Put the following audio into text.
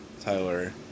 Tyler